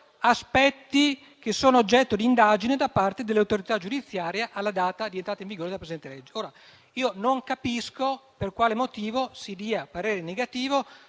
aspetti che sono oggetto di indagine da parte dell'autorità giudiziaria alla data di entrata in vigore della presente legge. Non capisco per quale motivo si dia parere negativo